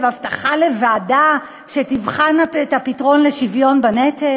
הבטחה לוועדה שתבחן את הפתרון לשוויון בנטל,